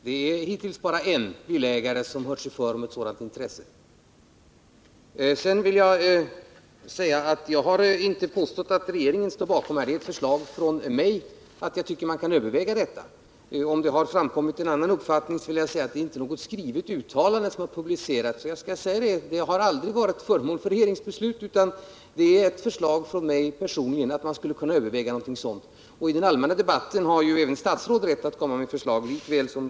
Herr talman! Det är hittills bara en villaägare som har hört sig för om ett sådant intresse. Sedan vill jag säga att jag inte har påstått att regeringen står bakom det här förslaget. Men det är ett förslag från mig, och jag tycker att man kan överväga detta. Om det har framkommit någon annan uppgift vill jag säga att något skrivet uttalande inte har publicerats och att frågan heller aldrig har varit föremål för ett regeringsbeslut. Det är ett förslag från mig personligen. I den allmänna debatten har ju även statsråd, lika väl som riksdagsmän, rätt att komma med ett förslag.